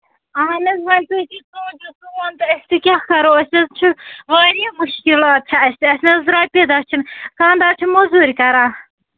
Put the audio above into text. اَہن حظ وۅنۍ تۄہہِ چھُو سونچُن سون تہِ أسۍ تہِ کیٛاہ کرو أسۍ حظ چھُ واریاہ مُشکِلات چھِ اَسہِ اَسہِ ٲسۍ رۄپیہِ رَچھِنۍ خانٛدار چھُ موٚزوٗر کَران